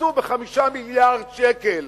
פספסו ב-5 מיליארדי שקלים